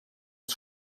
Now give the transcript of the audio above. het